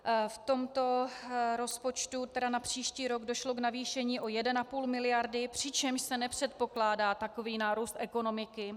V tomto rozpočtu na příští rok došlo k navýšení o 1,5 mld., přičemž se nepředpokládá takový nárůst ekonomiky.